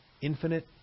infinite